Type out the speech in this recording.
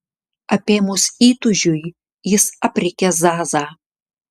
apėmus įtūžiui jis aprėkė zazą